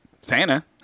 Santa